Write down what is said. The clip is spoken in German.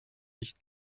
nicht